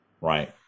Right